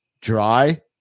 dry